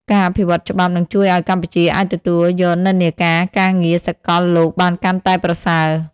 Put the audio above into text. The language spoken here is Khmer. ការអភិវឌ្ឍច្បាប់នឹងជួយឱ្យកម្ពុជាអាចទទួលយកនិន្នាការការងារសកលលោកបានកាន់តែប្រសើរ។